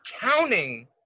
counting